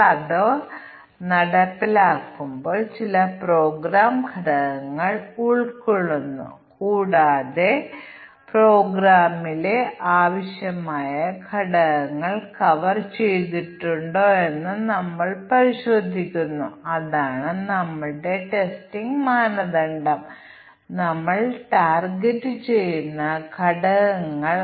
അതിനാൽ കുറഞ്ഞ എണ്ണം ടെസ്റ്റ് കേസുകൾ ഉപയോഗിച്ച് മതിയായ പരിശോധന നടത്താൻ ഞങ്ങൾക്ക് ചില ഫലപ്രദമായ മാർഗ്ഗങ്ങൾ ആവശ്യമാണ് അത് ജോഡി തിരിച്ചുള്ള പരിശോധനയെക്കുറിച്ചാണ് ഇവിടെ രണ്ടിലും ഇൻപുട്ട് മൂല്യങ്ങളുടെ സാധ്യമായ എല്ലാ കോമ്പിനേഷനുകളും പരിഗണിക്കേണ്ടതില്ലെന്ന് ഞങ്ങൾ കാണിക്കുന്നു